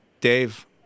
Dave